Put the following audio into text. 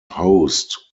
host